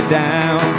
down